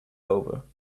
over